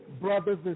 brothers